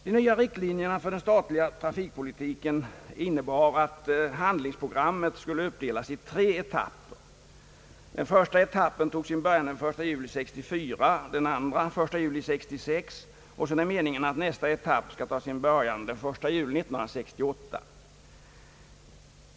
De nya riktlinjerna för den statliga trafikpolitiken innebar att handlingsprogrammet skulle uppdelas i tre etapper. Första etappen tog sin början den 1 juli 1964 och andra etappen den 1 juli 1966. Meningen är att tredje etappen skall ta sin början den 1 juli 1968.